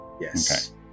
Yes